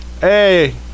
Hey